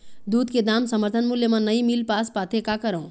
दूध के दाम समर्थन मूल्य म नई मील पास पाथे, का करों?